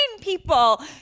people